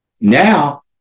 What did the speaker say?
now